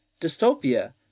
dystopia